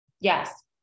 Yes